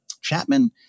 Chapman